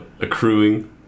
accruing